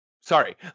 sorry